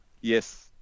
Yes